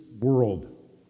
world